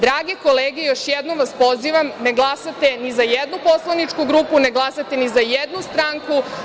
Drage kolege, još jednom vas pozivam, ne glasate ni za jednu poslaničku grupu, ne glasate ni za jednu stranku.